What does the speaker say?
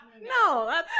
No